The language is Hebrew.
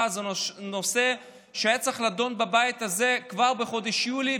זה נושא שהיה צריך להידון בבית הזה כבר בחודש יולי,